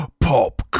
Pop